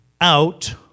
out